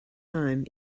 time